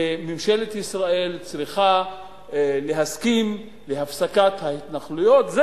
וממשלת ישראל צריכה להסכים להפסקת ההתנחלויות.